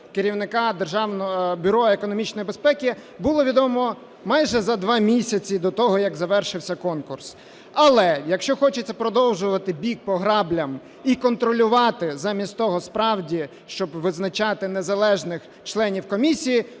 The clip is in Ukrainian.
безпеки було відомо майже за два місяці до того, як завершився конкурс. Якщо хочеться продовжувати біг по граблях і контролювати, замість того справді, щоб визначати незалежних членів комісії,